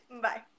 Bye